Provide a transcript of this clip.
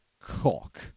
cock